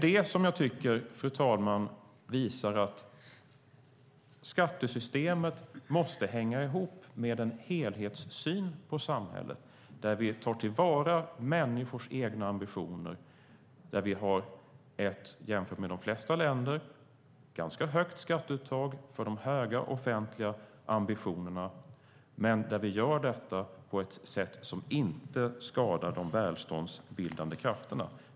Det, fru talman, visar att skattesystemet måste hänga ihop med en helhetssyn på samhället där vi tar till vara människors egna ambitioner och där vi, jämfört med de flesta länder, har ett ganska högt skatteuttag för de höga offentliga ambitionerna men gör det på ett sätt som inte skadar de välståndsbildande krafterna.